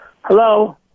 Hello